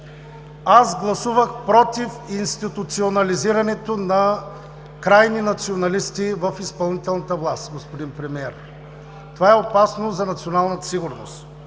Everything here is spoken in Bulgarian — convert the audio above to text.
Аз гласувах против институционализирането на крайни националисти в изпълнителната власт, господин Премиер! Това е опасно за националната сигурност.